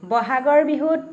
ব'হাগৰ বিহুত